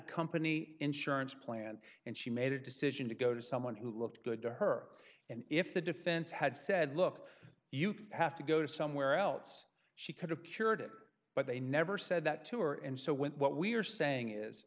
company insurance plan and she made a decision to go to someone who looked good to her and if the defense had said look you have to go somewhere else she could have curative but they never said that tour and so what we're saying is